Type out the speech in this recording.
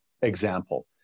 example